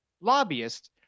lobbyists